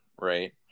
right